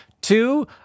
Two